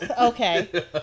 Okay